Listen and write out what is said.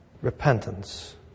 Repentance